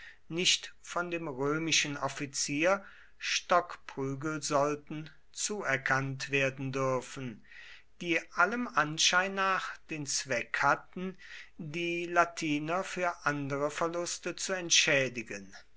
nicht von dem römischen offizier stockprügel sollten zuerkannt werden dürfen die allem anschein nach den zweck hatten die latiner für andere verluste zu entschädigen